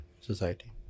society